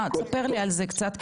ספר לי על זה קצת.